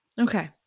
Okay